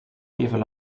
even